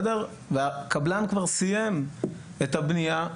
והקבלן כבר סיים את הבנייה,